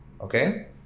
okay